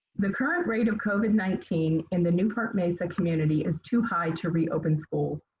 the current rate of covid nineteen in the newport mesa community is too high to reopen schools.